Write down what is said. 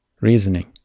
reasoning